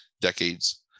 decades